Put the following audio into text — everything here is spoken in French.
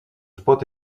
spot